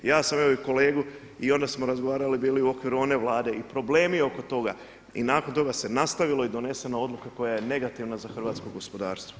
Ja sam evo i kolegu i ona smo razgovarali bili u okviru one vlade i problemi oko toga i nakon toga se nastavilo i donesena odluka koja je negativna za hrvatsko gospodarstvo.